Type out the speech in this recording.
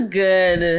good